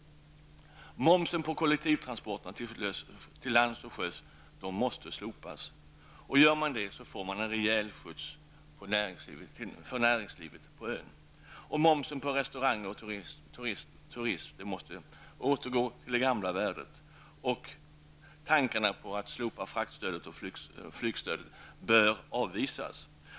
Momsen på kollektiva transporter till lands och sjöss måste slopas. Gör man det får näringslivet på ön en rejäl skjuts. Momsen på restauranger och turism måste återgå till det gamla värdet. Tankarna på att slopa fraktstödet och flygstödet bör avvisas.